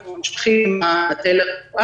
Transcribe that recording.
אנחנו ממשיכים עם הטֶלֶה-רפואה.